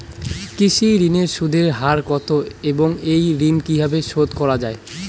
কৃষি ঋণের সুদের হার কত এবং এই ঋণ কীভাবে শোধ করা য়ায়?